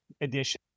edition